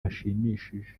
hashimishije